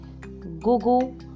Google